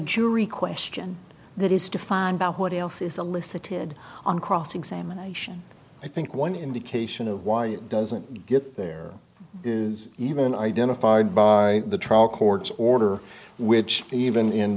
jury question that is defined by what else is alyssa tid on cross examination i think one indication of why it doesn't get there is even identified by the trial court order which even in